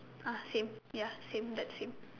ah same ya same that same